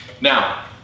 Now